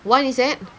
one is at